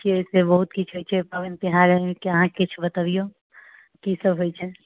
कि एहिसे बहुत किछु होइत छै पाबनि तिहार अहाँ किछु बतबिऔ की सभ होइत छै